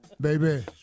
Baby